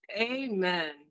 Amen